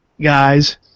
Guys